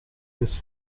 this